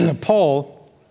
Paul